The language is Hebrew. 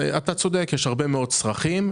אתה צודק, יש הרבה מאוד צרכים.